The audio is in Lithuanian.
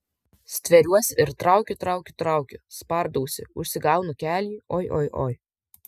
stveriuosi ir traukiu traukiu traukiu spardausi užsigaunu kelį oi oi oi